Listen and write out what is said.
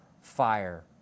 fire